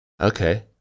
Okay